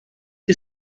que